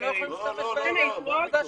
הם לא יכולים לעבוד בעבודה שלהם.